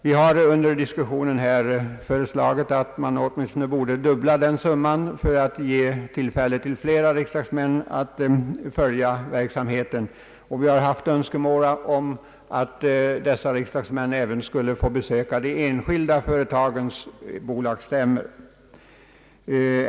Vi har under diskussionen här föreslagit att man borde åtminstone dubbla det antalet för att ge möjlighet för fler riksdagsmän att följa verksamheten, och vi har haft önskemål om att dessa riksdagsmän även borde få tillfälle att besöka de enskilda företagens bolagsstämmor.